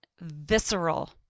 visceral